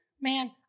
man